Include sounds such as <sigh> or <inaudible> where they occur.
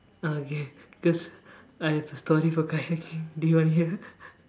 uh okay cause I have a story for kayaking do you want to hear <laughs>